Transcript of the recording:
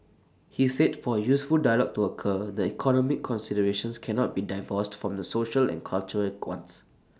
he said for A useful dialogue to occur the economic considerations cannot be divorced from the social and cultural